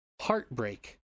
heartbreak